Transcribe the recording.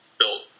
built